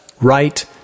right